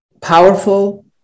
powerful